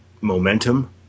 momentum